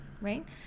right